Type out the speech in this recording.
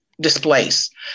displaced